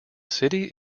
city